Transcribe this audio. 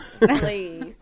Please